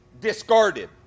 discarded